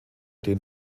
den